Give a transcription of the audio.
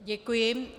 Děkuji.